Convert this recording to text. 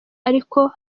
ariko